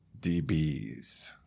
DBs